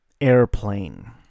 Airplane